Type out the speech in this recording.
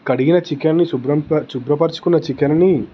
కడిగిన చికెన్ని శుభ్రం ప్ర శుభ్రపరచుకున్న చికెన్ని